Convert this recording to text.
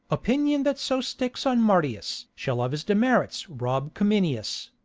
opinion, that so sticks on marcius, shall of his demerits rob cominius.